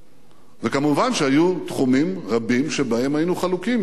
וכמובן היו תחומים רבים שבהם היינו חלוקים איש על רעהו.